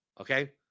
Okay